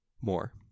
more